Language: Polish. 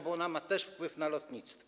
Bo ona ma też wpływ na lotnictwo.